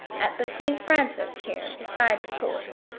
at the saint francis here, beside the port.